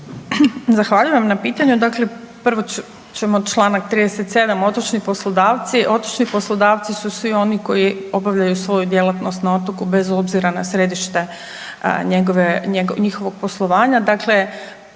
Zahvaljujem na pitanju. Dakle, prvo ćemo čl. 37., otočni poslodavci, otočni poslodavci su svi oni koji obavljaju svoju djelatnost na otoku bez obzira na središte njihovog poslovanja. Dakle,